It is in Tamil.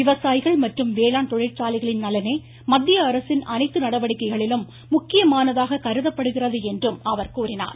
விவசாயிகள் மற்றும் வேளாண் தொழிற்சாலைகளின் நலனே மத்தியஅரசின் அனைத்து நடவடிக்கைகளிலும் முக்கியமானதாக கருதப்படுகிறது என்றும் அவர் கூறினார்